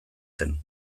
zen